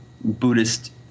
Buddhist